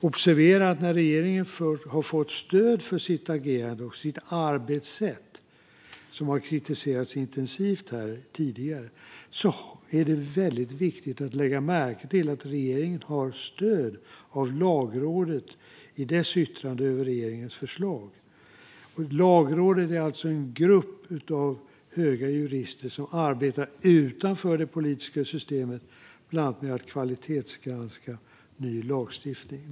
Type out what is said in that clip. Observera att när regeringen har fått stöd för sitt agerande och sitt arbetssätt, som har kritiserats intensivt här tidigare, är det väldigt viktigt att lägga märke till att regeringen har stöd av Lagrådet i dess yttrande över regeringens förslag. Lagrådet är alltså en grupp av höga jurister som arbetar utanför det politiska systemet, bland annat med att kvalitetsgranska ny lagstiftning.